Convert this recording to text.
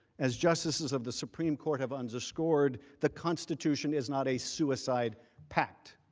as justices of the supreme court have underscored the constitution is not a suicide pact.